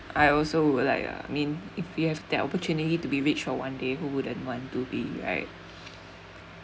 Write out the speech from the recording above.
I also will like uh mean if you have that opportunity to be rich for one day who wouldn't want to be right